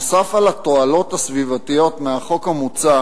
נוסף על התועלות הסביבתיות מהחוק המוצע